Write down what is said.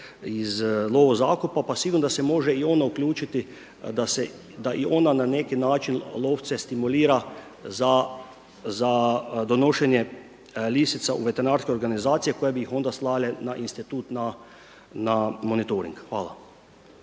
iz lovozakupa pa sigurno da se može i ona uključiti da se, da i ona na neki način lovce stimulira za donošenje lisica u veterinarske organizacije koje bi ih onda slale na institut na monitoring. Hvala.